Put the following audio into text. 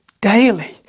Daily